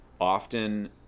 often